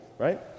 Right